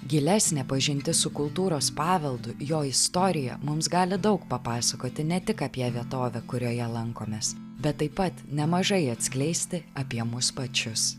gilesnė pažintis su kultūros paveldu jo istorija mums gali daug papasakoti ne tik apie vietovę kurioje lankomės bet taip pat nemažai atskleisti apie mus pačius